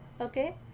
okay